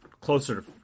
closer